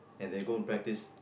and they go and practise